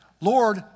Lord